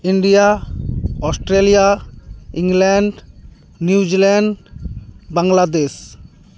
India Australia England New Zealand Bangladesh